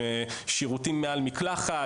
שירותים מעל מקלחת,